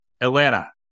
Atlanta